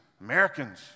Americans